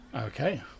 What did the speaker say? Okay